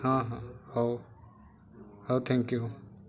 ହଁ ହଁ ହଉ ହଉ ଥ୍ୟାଙ୍କ ୟୁ